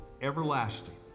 everlasting